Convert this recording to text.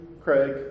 Craig